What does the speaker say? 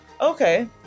okay